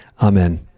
Amen